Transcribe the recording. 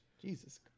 Jesus